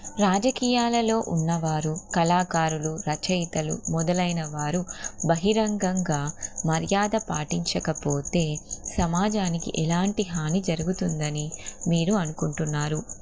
రాజకీయాలలో ఉన్నవారు కళాకారులు రచయితలు మొదలైన వారు బహిరంగంగా మర్యాద పాటించకపోతే సమాజానికి ఎలాంటి హాని జరుగుతుందని మీరు అనుకుంటున్నారు